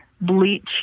bleach